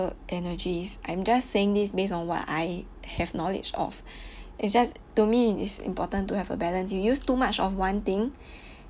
energies I'm just saying this based on what I have knowledge of it just to me is important to have a balance you use too much of one thing